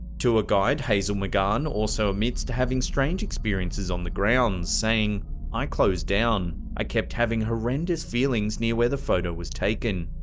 ah guide hazel magann also admits to having strange experiences on the grounds, saying i close down. i kept having horrendous feelings near where the photo was taken.